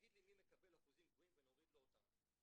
תגיד לי מי מקבל אחוזים גבוהים ונוריד לו אותם.